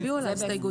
הצביעו על ההסתייגות.